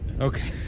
Okay